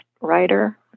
writer